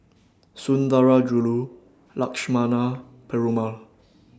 Sundarajulu Lakshmana Perumal